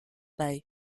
bei